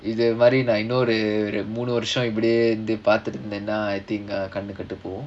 இது இன்னொரு மூணு வருஷம் இப்டி பார்த்துருந்தேனா:idhu innoru moonu varusham ipdi paarthurunthaenaa I think uh கண்ணு கெட்டு போகும்:kannu kettu pogum